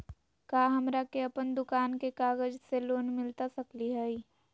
का हमरा के अपन दुकान के कागज से लोन मिलता सकली हई?